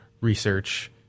research